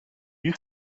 you